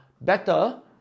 better